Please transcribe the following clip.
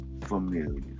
familiar